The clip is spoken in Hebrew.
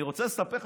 אני רוצה לספר לך,